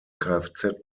kfz